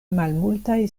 malmultaj